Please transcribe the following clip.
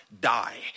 die